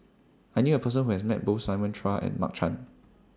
I knew A Person Who has Met Both Simon Chua and Mark Chan